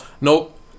nope